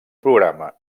programa